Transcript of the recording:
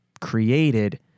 created